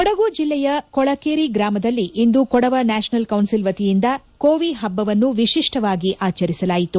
ಕೊಡಗು ಜಿಲ್ಲೆಯ ಕೊಳಕೇರಿ ಗ್ರಾಮದಲ್ಲಿಂದು ಕೊಡವ ನ್ನಾಷನಲ್ ಕೌನ್ಸಿಲ್ ವತಿಯಿಂದ ಕೋವಿ ಹಬ್ಬವನ್ನು ವಿಶಿಷ್ಟವಾಗಿ ಆಚರಿಸಲಾಯಿತು